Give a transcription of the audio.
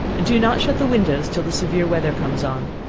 do not shut the windows till the severe weather comes on.